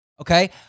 okay